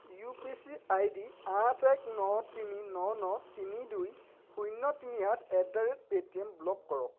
U P I ID আঠ এক ন তিনি ন ন তিনি দুই শূণ্য তিনি আঠ এট পে'টিএম ব্লক কৰক